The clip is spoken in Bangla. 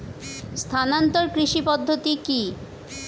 স্থানান্তর কৃষি পদ্ধতি কি?